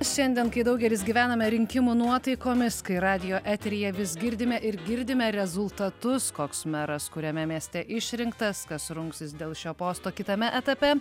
šiandien kai daugelis gyvename rinkimų nuotaikomis kai radijo eteryje vis girdime ir girdime rezultatus koks meras kuriame mieste išrinktas kas rungsis dėl šio posto kitame etape